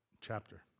chapter